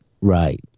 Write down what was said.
Right